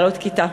לעלות כיתה.